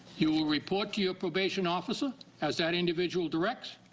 you will report to your probation officer as that individual directs.